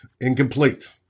Incomplete